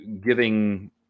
giving